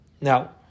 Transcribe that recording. Now